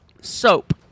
Soap